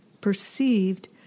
perceived